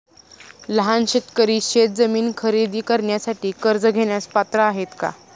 लहान शेतकरी शेतजमीन खरेदी करण्यासाठी कर्ज घेण्यास पात्र आहेत का?